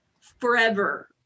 forever